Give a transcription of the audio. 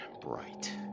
bright